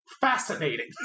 Fascinating